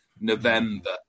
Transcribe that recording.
November